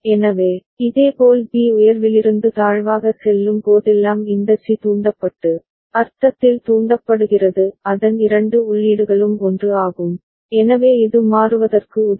எனவே இதேபோல் B உயர்விலிருந்து தாழ்வாக செல்லும் போதெல்லாம் இந்த சி தூண்டப்பட்டு அர்த்தத்தில் தூண்டப்படுகிறது அதன் இரண்டு உள்ளீடுகளும் 1 ஆகும் எனவே இது மாறுவதற்கு உதவும்